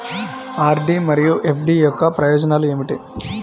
RD మరియు FD యొక్క ప్రయోజనాలు ఏమిటి?